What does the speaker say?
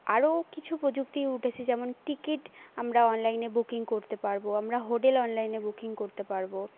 আরোও কিছু প্রযুক্তি উঠেছে যেমন টিকিট আমরা অনলাইনে বুকিং করতে পারবো আমরা হোটেল অনলাইনে বুকিং করতে পারবো